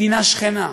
מדינה שכנה,